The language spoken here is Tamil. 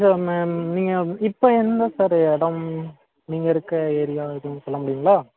சார் நம்ம நீங்கள் இப்போ என்ன சார் இடம் நீங்கள் இருக்க ஏரியா எதுவும் சொல்ல முடியுங்களா